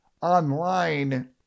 online